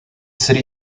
city